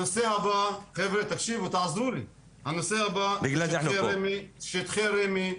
הנושא הבא הוא שטחי רמ"י,